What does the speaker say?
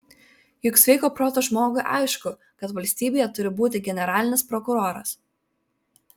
juk sveiko proto žmogui aišku kad valstybėje turi būti generalinis prokuroras